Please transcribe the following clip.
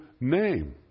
name